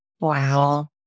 Wow